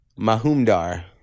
Mahumdar